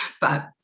but-